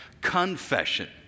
confession